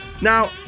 Now